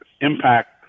impact